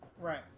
right